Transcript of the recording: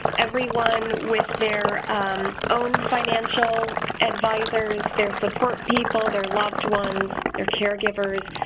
everyone with their own financial advisors, their support people, their loved ones, their caregivers,